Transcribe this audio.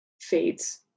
fades